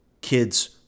kids